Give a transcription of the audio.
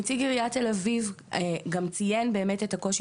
נציג עיריית תל אביב גם ציין את קושי